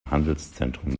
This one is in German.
handelszentrum